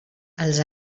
els